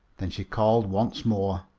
then she called once more.